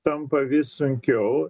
tampa vis sunkiau